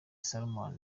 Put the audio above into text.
salomon